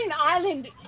island